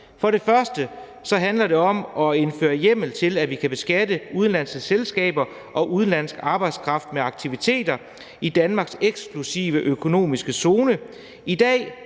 For det første handler det om at indføre hjemmel til, at vi kan beskatte udenlandske selskaber og udenlandsk arbejdskraft med aktiviteter i Danmarks eksklusive økonomiske zone.